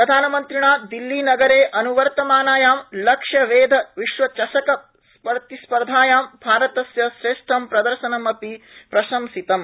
प्रधानमन्त्रिणा दिल्लीनगरे अनुवर्तमानायां लक्ष्यवेध विश्व चषक प्रतिस्पर्धायां भारतस्य श्रेष्ठं प्रदर्शनम् अपि प्रशंसितम्